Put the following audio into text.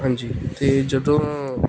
ਹਾਂਜੀ ਅਤੇ ਜਦੋਂ